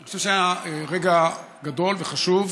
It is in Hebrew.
אני חושב שזה היה רגע גדול וחשוב,